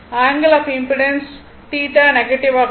angle of impedance θ negative ஆக இருக்கும்